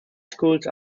schools